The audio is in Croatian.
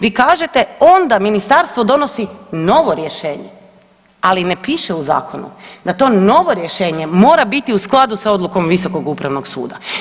Vi kažete onda ministarstvo donosi novo rješenje, ali ne piše u zakonu da to novo rješenje mora biti u skladu s odlukom Visokog upravnog suda.